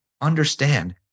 understand